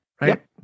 right